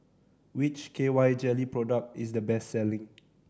which K Y Jelly product is the best selling